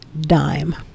dime